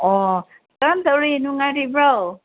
ꯑꯣ ꯀꯔꯝ ꯇꯧꯔꯤ ꯅꯨꯡꯉꯥꯏꯔꯤꯕ꯭ꯔꯣ